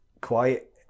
Quiet